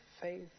faith